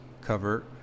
cover